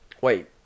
wait